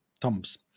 thumbs